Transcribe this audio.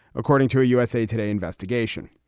according to a usa today investigation.